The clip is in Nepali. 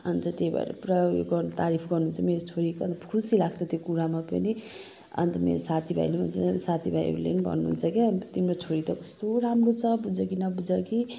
अनि त त्यही भएर पुरा ऊ यो गर् तारिफ गर्नुहुन्छ मेरी छोरीको खुसी लाग्छ त्यो कुरामा पनि अनि त मेरो साथीभाइहरूले पनि भन्छ साथीभाइहरूले पनि भन्नुहुन्छ क्या अनि त तिम्रो छोरी त कस्तो राम्रो छ बुजकी न बुजकी